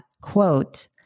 quote